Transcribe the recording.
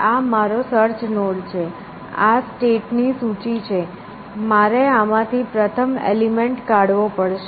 આ મારો search node છે આ સ્ટેટ ની સૂચિ છે મારે આમાંથી પ્રથમ એલિમેન્ટ કાઢવો પડશે